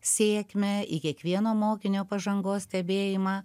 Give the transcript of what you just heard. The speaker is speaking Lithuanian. sėkmę į kiekvieno mokinio pažangos stebėjimą